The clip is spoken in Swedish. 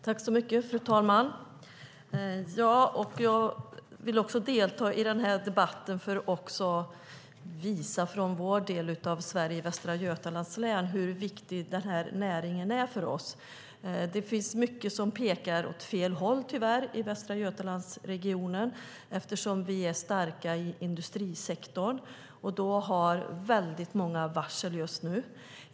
Fru talman! Jag vill delta i debatten för att visa hur viktig denna näring är för oss i Västra Götalands län. Det är mycket som pekar åt fel håll i Västra Götalandsregionen. Eftersom vi är starka i industrisektorn har vi många varsel just nu.